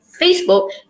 Facebook